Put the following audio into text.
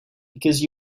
because